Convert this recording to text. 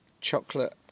chocolate